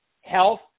health